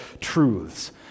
truths